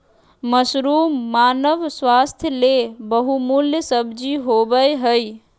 mushroom मानव स्वास्थ्य ले बहुमूल्य सब्जी होबय हइ